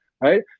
right